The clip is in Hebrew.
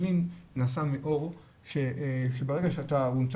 התפילין נעשה מעור שברגע שהוא נמצא